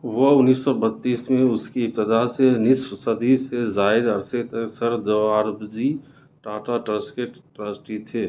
وہ انیس سو بتیس میں اس کی ابتدا سے نصف صدی سے زائد عرصے تک سر دورابجی ٹاٹا ٹرسٹ کے ٹرسٹی تھے